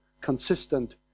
consistent